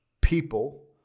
people